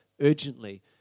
urgently